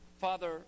Father